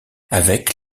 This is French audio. avec